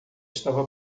estava